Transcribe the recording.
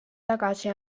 tagasi